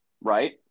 right